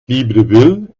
libreville